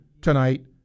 tonight